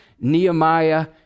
Nehemiah